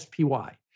SPY